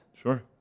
Sure